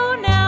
now